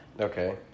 Okay